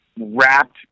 wrapped